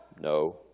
No